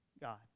God